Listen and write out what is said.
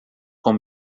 com